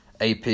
AP